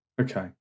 Okay